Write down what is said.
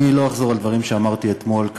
אני לא אחזור על דברים שאמרתי כאן